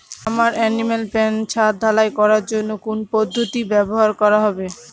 আমার animal pen ছাদ ঢালাই করার জন্য কোন পদ্ধতিটি ব্যবহার করা হবে?